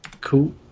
Cool